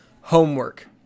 homework